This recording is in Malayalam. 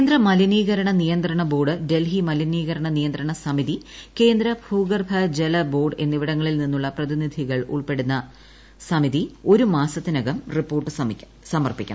കേന്ദ്ര മനിലീകരണ നിയന്ത്രണ ബോർഡ് ഡൽഹി മലിനീകരണ നിയന്ത്രണ സമിതി കേന്ദ്ര ഭൂഗർഭ ജല ബോർഡ് എന്നിവിടങ്ങളിൽ നിന്നുള്ള പ്രതിനിധികൾ ഉൾപ്പെടുന്ന സമിതി ഒരു മാസത്തിനകം റിപ്പോർട്ട് സമർപ്പിക്കണം